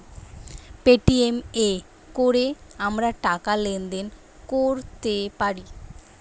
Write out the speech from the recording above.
Paytm এ কোরে আমরা টাকা লেনদেন কোরতে পারি